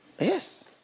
Yes